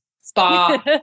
Spa